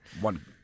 one